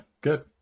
good